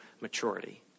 maturity